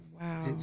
Wow